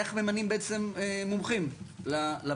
איך ממנים בעצם מומחים לוועדות,